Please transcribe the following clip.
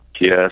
Yes